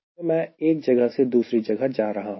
तो मैं एक जगह से दूसरी जगह जा रहा हूं